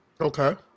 Okay